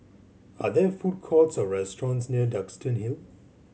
are there food courts or restaurants near Duxton Hill